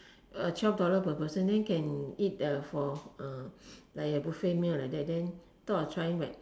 uh twelve dollar per person then can eat uh for like a buffet meal like that then thought of trying but